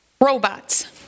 robots